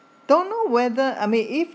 don't know whether I mean if